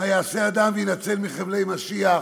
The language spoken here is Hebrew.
מה יעשה אדם ויינצל מחבלי משיח?